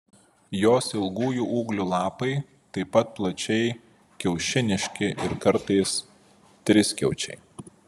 jos ilgųjų ūglių lapai taip pat plačiai kiaušiniški ir kartais triskiaučiai